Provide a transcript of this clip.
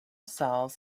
cells